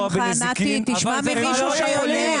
תשמע ממישהו שיודע.